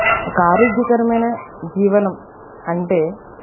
ఒక ఆరోగ్యకరమైన జీవనం అంటే